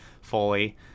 fully